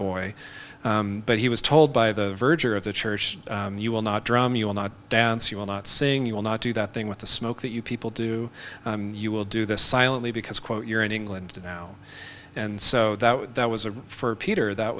boy but he was told by the verge or of the church you will not drum you will not dance you're not saying you will not do that thing with the smoke that you people do you will do this silently because quote you're in england now and so that that was a for peter that